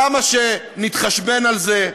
למה נתחשבן על זה?